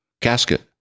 casket